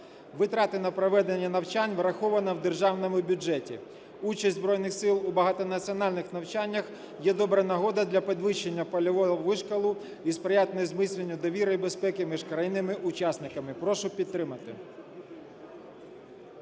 Витрати на проведення навчань враховано в державному бюджеті. Участь збройних сил у багатонаціональних навчаннях є добра нагода для підвищення польового вишколу і сприятиме зміцненню довіри і безпеки між країнами-учасниками. Прошу підтримати.